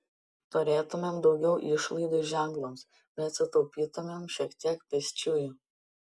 turėtumėm daugiau išlaidų ženklams bet sutaupytumėm šiek tiek pėsčiųjų